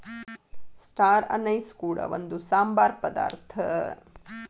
star anise ಕೂಡ ಒಂದು ಸಾಂಬಾರ ಪದಾರ್ಥ